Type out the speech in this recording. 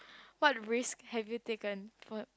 what risk have you taken for